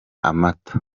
amata